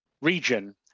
region